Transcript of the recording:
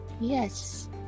yes